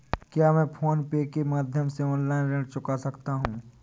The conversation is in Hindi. क्या मैं फोन पे के माध्यम से ऑनलाइन ऋण चुका सकता हूँ?